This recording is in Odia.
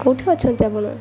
କେଉଁଠି ଅଛନ୍ତି ଆପଣ